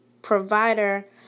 provider